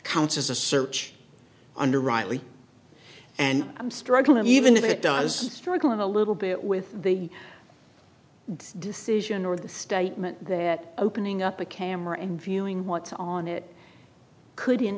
counts as a search under reilly and i'm struggling even if it does struggling a little bit with the decision or the statement that opening up a camera and viewing what's on it could in